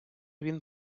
він